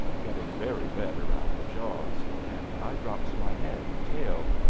getting very red around the jaws, and i drops my head and tail.